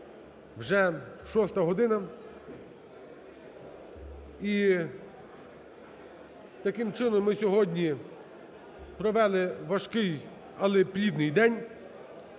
вже шоста година. І таким чином ми сьогодні провели важкий, але плідний день.